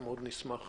נשמח